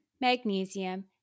magnesium